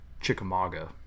chickamauga